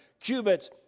cubits